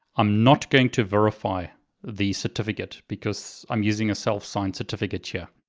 i'm not going to verify the certificate because i'm using a self signed certificate yeah